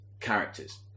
characters